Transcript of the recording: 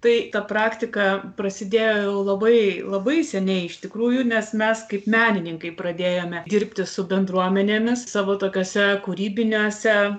tai ta praktika prasidėjo jau labai labai seniai iš tikrųjų nes mes kaip menininkai pradėjome dirbti su bendruomenėmis savo tokiuose kūrybiniuose